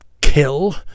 kill